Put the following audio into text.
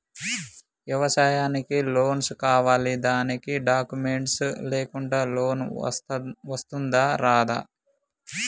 వ్యవసాయానికి లోన్స్ కావాలి దానికి డాక్యుమెంట్స్ లేకుండా లోన్ వస్తుందా రాదా?